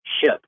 ship